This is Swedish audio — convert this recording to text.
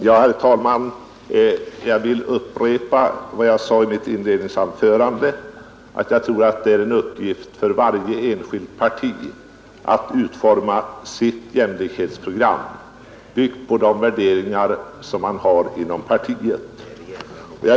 Herr talman! Jag vill upprepa vad jag sade i mitt inledningsanförande. Jag tror att det är en uppgift för varje enskilt parti att utforma sitt jämlikhetsprogram, byggt på de värderingar som man har inom partiet.